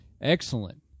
Excellent